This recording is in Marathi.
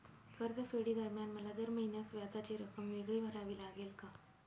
कर्जफेडीदरम्यान मला दर महिन्यास व्याजाची रक्कम वेगळी भरावी लागेल का?